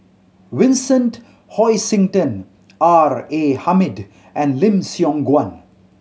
Vincent Hoisington R A Hamid and Lim Siong Guan